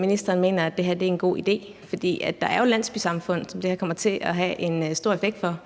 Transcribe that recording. ministeren mener, at det her en god idé. For der er jo landsbysamfund, som det her kommer til at have en stor effekt for,